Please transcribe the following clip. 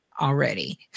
already